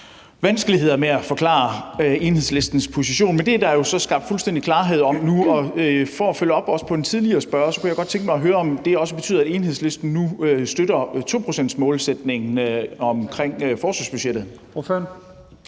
vanskeligheder med at forklare Enhedslistens position. Men det er der jo så skabt fuldstændig klarhed om nu. For at følge op på en tidligere spørgers spørgsmål kunne jeg godt tænke mig at høre, om det også betyder, at Enhedslisten nu støtter 2-procentsmålsætningen for forsvarsbudgettet.